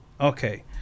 Okay